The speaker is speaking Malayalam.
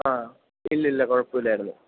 ആ ഇല്ലില്ല കുഴപ്പമില്ലായിരുന്നു